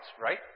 right